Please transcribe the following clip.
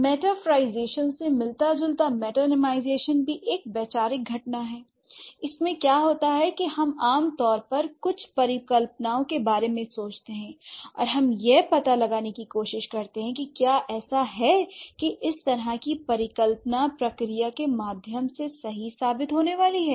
metaphorization से मिलता जुलता मेटानीमाईजेशन भी एक वैचारिक घटना है इसमें क्या होता है के हम आम तौर पर कुछ परिकल्पनाओं के बारे में सोचते हैं और हम यह पता लगाने की कोशिश करते हैं कि क्या ऐसा है की इस तरह की परिकल्पना प्रक्रिया के माध्यम से सही साबित होने वाली है